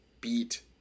beat